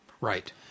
Right